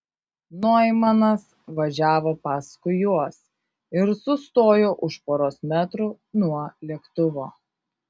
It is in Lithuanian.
noimanas važiavo paskui juos ir sustojo už poros metrų nuo lėktuvo